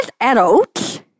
adults